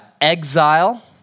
exile